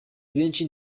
benshi